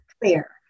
clear